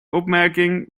opmerking